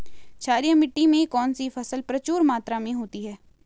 क्षारीय मिट्टी में कौन सी फसल प्रचुर मात्रा में होती है?